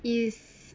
is